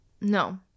No